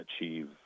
achieve